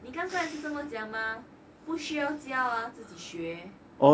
你刚刚还是这么讲吗不需要交啊自己学